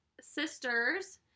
sisters